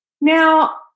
Now